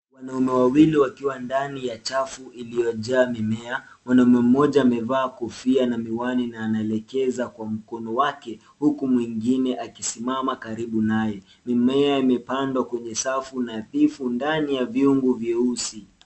Wanaume wawili wakiwa ndani ya chafu iliyojaa mimea. Mwanamume mmoja amevaa kofia na miwani na anaelekeza kwa mkono wake huku mwingine akisimama karibu naye. Mimea imepandwa kwenye safu nadhifu ndani ya viungu vyeusi.